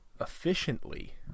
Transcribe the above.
efficiently